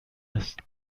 است